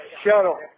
shuttle